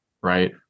right